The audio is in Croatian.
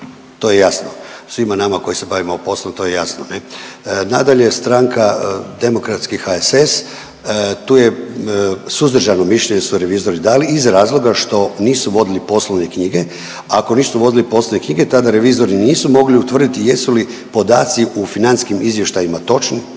To je jasno svima nama koji se bavimo poslom to je jasno ne. Nadalje, stranka Demokratski HSS tu je suzdržano mišljenje su revizori dali iz razloga što nisu vodili poslovne knjige, a ako nisu vodili poslovne knjige tada revizori nisu mogli utvrditi jesu li podaci u financijskim izvještajima točni